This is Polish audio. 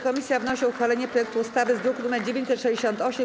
Komisja wnosi o uchwalenie projektu ustawy z druku nr 968.